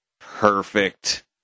perfect